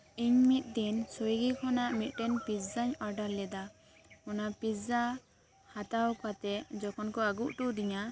ᱤᱧ ᱢᱤᱫ ᱫᱤᱱᱥᱩᱭᱜᱤ ᱠᱷᱚᱱᱟᱜᱢᱤᱫ ᱴᱮᱱ ᱯᱤᱪᱡᱟᱧ ᱚᱰᱟᱨ ᱞᱮᱫᱟ ᱚᱱᱟ ᱯᱤᱪᱡᱟ ᱦᱟᱛᱟᱣ ᱠᱟᱛᱮᱫ ᱡᱚᱠᱷᱚᱱ ᱠᱚ ᱟᱜᱩ ᱚᱴᱚ ᱟᱫᱤᱧᱟ